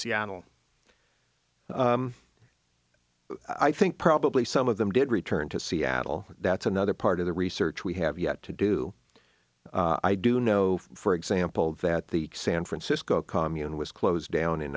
seattle i think probably some of them did return to seattle that's another part of the research we have yet to do i do know for example that the san francisco commune was closed down in